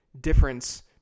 difference